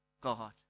God